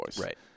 Right